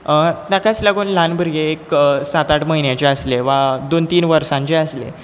ताकाच लागून ल्हान भुरगें एक सात आठ म्हयन्याचें आसलें वा दोन तीन वर्सांचें आसलें